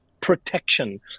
protection